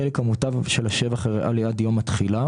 "החלק המוטב של השבח הריאלי עד יום התחילה"